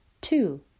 two